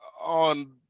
on